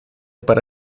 para